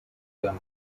them